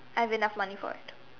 I have enough money for it